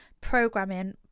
programming